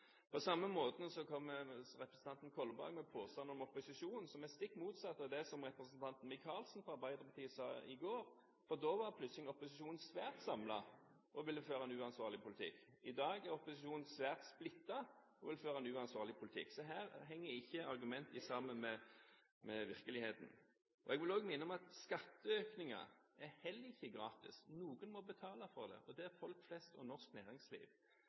På samme måten kommer representanten Kolberg med påstander om opposisjonen som er stikk motsatt av det representanten Micaelsen fra Arbeiderpartiet sa i går, for da var plutselig opposisjonen svært samlet og ville føre en uansvarlig politikk. I dag er opposisjonen svært splittet og vil føre en uansvarlig politikk. Her henger ikke argumentene sammen med virkeligheten. Jeg vil også minne om at skatteøkninger heller ikke er gratis; noen må betale for dem, og det er folk flest og norsk næringsliv.